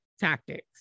tactics